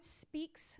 speaks